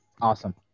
Awesome